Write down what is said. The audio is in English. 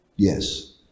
yes